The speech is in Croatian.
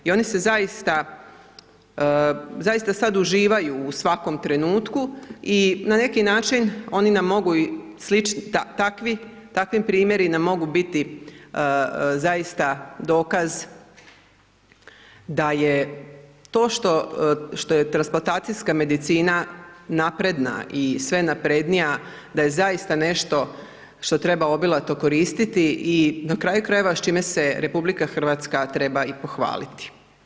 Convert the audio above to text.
I oni se zaista, zaista sad uživaju u svakom trenutku i na neki način oni nam mogu i takvi, takvi primjeri nam mogu biti zaista dokaz da je to što, što je transplantacijska medicina napredna i sve naprednija da je zaista nešto što treba obilato koristiti i na kraju krajeva s čime se RH treba i pohvaliti.